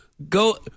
Go